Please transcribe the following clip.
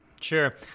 Sure